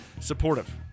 supportive